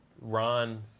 Ron